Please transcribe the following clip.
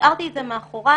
השארתי את זה מאחורי.